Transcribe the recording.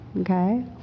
Okay